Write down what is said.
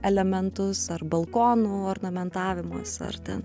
elementus ar balkonų ornamentavimuos ar ten